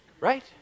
right